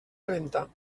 renta